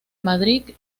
madrid